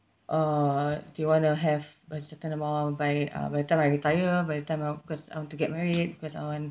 uh do you want to have a certain amount by uh by the time I retire by the time I'm because I'm to get married because I want